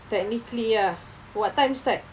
technically ah what time start